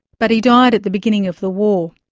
but he died at the beginning of the war.